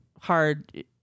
hard